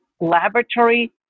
laboratory